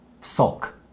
sulk